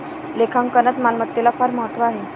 लेखांकनात मालमत्तेला फार महत्त्व आहे